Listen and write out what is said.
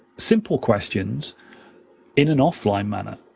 simple questions in an offline manner.